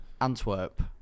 Antwerp